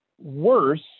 worse